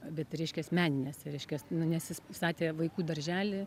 bet reiškias meninėse reiškias nu nes jis statė vaikų darželį